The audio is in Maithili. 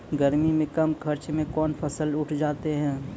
गर्मी मे कम खर्च मे कौन फसल उठ जाते हैं?